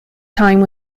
time